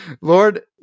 lord